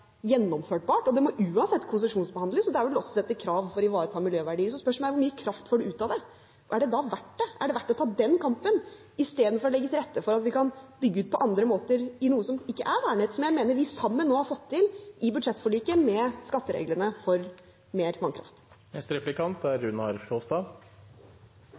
Hvor mye kraft får man ut av det, og er det verdt det? Er det verdt å ta den kampen istedenfor å legge til rette for at vi kan bygge ut på andre måter i noe som ikke er vernet, som jeg mener vi sammen nå har fått til i budsjettforliket, med skattereglene for mer vannkraft?